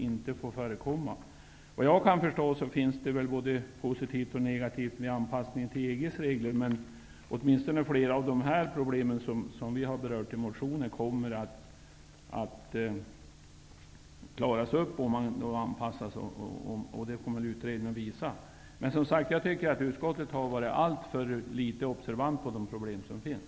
Såvitt jag kan förstå finns det både positiva och negativa effekter av anpassningen till EG:s regler. Åtminstone flera av de problem som vi har berört i motionen kommer att klaras upp vid en anpassning. Det kommer utredningen att visa. Jag tycker att utskottet har varit alltför litet observant på de problem som finns.